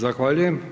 Zahvaljujem.